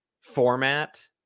format